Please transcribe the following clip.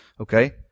Okay